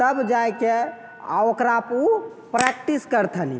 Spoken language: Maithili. तब जाके आओर ओकरा पर उ प्रैक्टिस करथिन